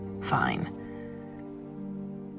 Fine